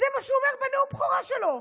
זה מה שהוא אומר בנאום הבכורה שלו.